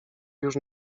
już